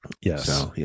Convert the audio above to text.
Yes